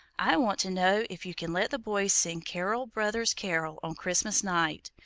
i want to know if you can let the boys sing carol, brothers, carol on christmas night,